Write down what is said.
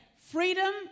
freedom